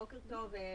בוקר טוב.